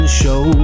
show